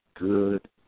good